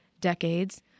decades